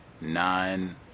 nine